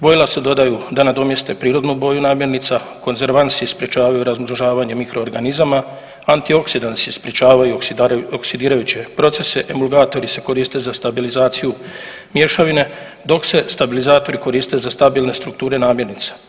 Bojila se dodaju da nadomjeste prirodnu boju namirnica, konzervansi sprječavaju razoružavanje mikroorganizama, antioksidansi sprječavaju oksidirajuće procese, emulgatori se koriste za stabilizaciju mješavine dok se stabilizatori koriste za stabilne strukture namirnica.